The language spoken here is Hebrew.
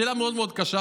זו שאלה מאוד מאוד קשה,